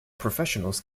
professionals